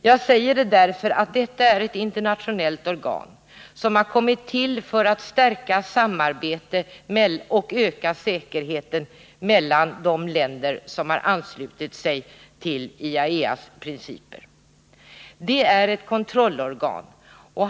Jag vill peka på att IAEA är ett internationellt organ som har kommit till för att öka säkerheten och stärka samarbetet mellan de länder som har anslutit sig till dess principer. IAEA är ett kontrollorgan.